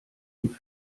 und